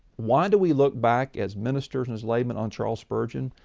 why do we look back as ministers and as laymen on charles spurgeon.